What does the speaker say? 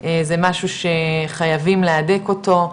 זה משהו שחייבים להדק אותו,